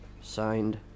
Signed